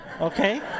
okay